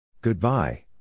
Goodbye